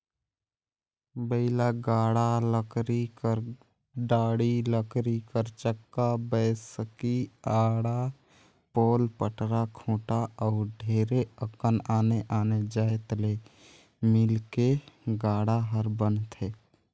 बइला गाड़ा लकरी कर डाड़ी, लकरी कर चक्का, बैसकी, आड़ा, पोल, पटरा, खूटा अउ ढेरे अकन आने आने जाएत ले मिलके गाड़ा हर बनथे